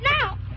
now